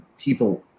people